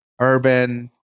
urban